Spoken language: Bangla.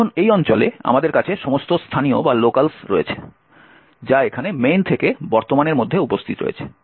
এখন এই অঞ্চলে আমাদের কাছে সমস্ত স্থানীয়রা রয়েছে যা এখানে main থেকে বর্তমানের মধ্যে উপস্থিত রয়েছে